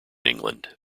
england